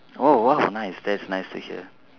oh !wow! nice that's nice to hear